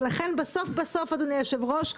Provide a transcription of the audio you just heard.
לכן בסוף בסוף אדוני היו"ר,